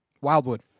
Wildwood